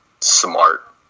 smart